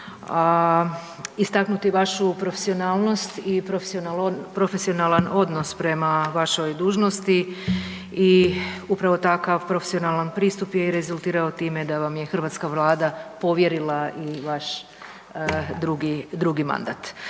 istaknuti vašu profesionalnost i profesionalan odnos prema vašoj dužnosti i upravo takav profesionalan pristup je i rezultirao tima da vam je hrvatska Vlada povjerila i vaš drugi, drugi mandat.